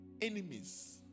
enemies